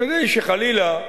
כדי שחלילה,